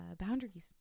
boundaries